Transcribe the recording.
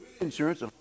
insurance